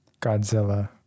Godzilla